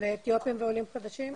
לאתיופים ועולים חדשים?